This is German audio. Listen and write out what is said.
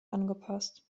angepasst